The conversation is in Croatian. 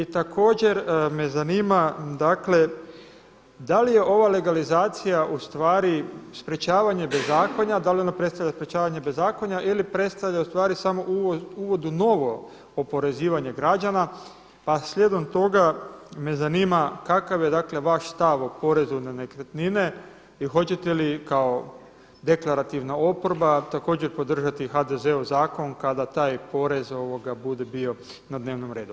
I također me zanima dakle da li je ova legalizacija ustvari sprječavanje bezakonja, da li ona predstavlja sprječavanje bezakonja ili predstavlja ustvari uvod u novo oporezivanje građana pa slijedom toga me zanima kakav je dakle vaš stav o porezu na nekretnine i hoćete li kao deklarativna oporba također podržati HDZ-ov zakon kada taj porez bude bio na dnevnom redu?